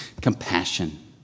Compassion